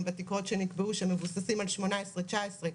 בתקרות שנקבעו שמבוססים על 2029-2018,